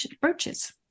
brooches